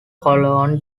colonel